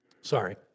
Sorry